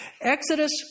Exodus